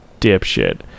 dipshit